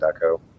co